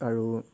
আৰু